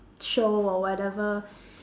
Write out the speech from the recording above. show or whatever